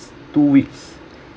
two weeks